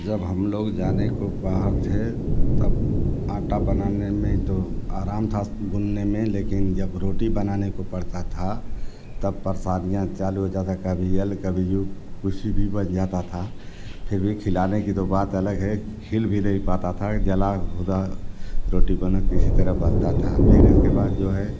जब हम लोग जाने को बाहर थे तब आटा बनाने में ही तो आराम था गूँथने में लेकिन जब रोटी बनाने को पड़ता था तब परेशानियाँ चालू हो जाती कभी यल कभी यू कुछ भी बन जाता था फिर भी खिलाने की तो बात अलग है खिल भी नहीं पाता था कि जला भुना रोटी बना किसी तरह बनता था फिर इसके बाद जो है